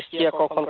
vehicle